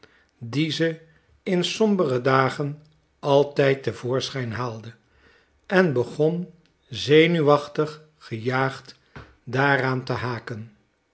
die ze in sombere dagen altijd te voorschijn haalde en begon zenuwachtig gejaagd daaraan te haken